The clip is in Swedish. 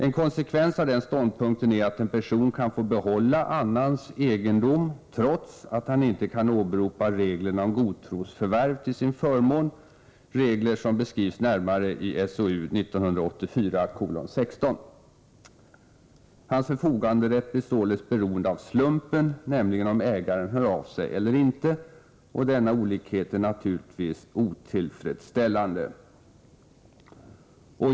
En konsekvens av denna ståndpunkt är att en person kan få behålla annans egendom trots att han inte kan åberopa reglerna om godtrosförvärv till sin förmån — regler som beskrivs närmare i SOU 1984:16. Hans förfoganderätt blir således beroende av slumpen, nämligen om ägaren hör av sig eller inte, och denna olikhet är naturligtvis otillfredsställande.